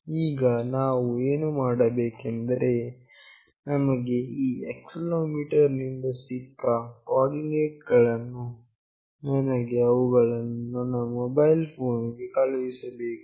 ಈಗ ನಾನು ಏನು ಮಾಡಬೇಕೆಂದರೆ ನಮಗೆ ಈ ಆಕ್ಸೆಲೆರೋಮೀಟರ್ ನಿಂದ ಸಿಕ್ಕ ಕೋಆರ್ಡಿನೇಟ್ ಗಳನ್ನು ನನಗೆ ಅವುಗಳನ್ನು ನನ್ನ ಮೊಬೈಲ್ ಫೋನ್ ಗೆ ಕಳುಹಿಸಬೇಕು